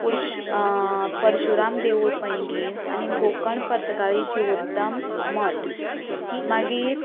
पुर्श परशुराम देवूळ पैंगीण आनी गोकर्ण पर्तकारी जिवोत्तम मठ मागीर